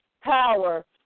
power